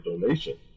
donation